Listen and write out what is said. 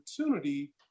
opportunity